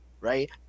right